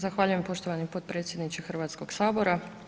Zahvaljujem poštovani potpredsjedniče Hrvatskog sabora.